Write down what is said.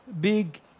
big